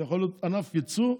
זה יכול להיות ענף יצוא טוב.